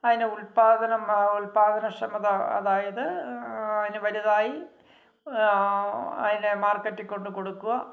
അതിന് ഉൽപാദനം ഉത്പാദനക്ഷമത അതായത് അതിന് വലുതായി അതിനെ മാർക്കെറ്റിൽ കൊണ്ട് കൊടുക്കുക